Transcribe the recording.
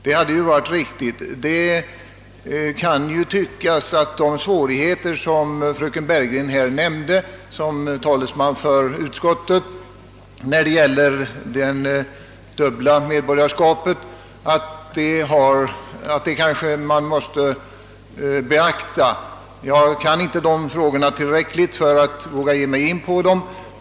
Det kan tyckas, som om de svårigheter beträffande det dubbla medborgarskapet vilka fröken Bergegren som talesman för utskottet här nämnde skulle vara rätt betydande — jag är inte tillräckligt insatt i frågan för att våga uttala mig därom.